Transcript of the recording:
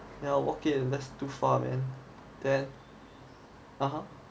yeah walk in and that's too far man (uh huh)